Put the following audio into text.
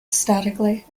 statically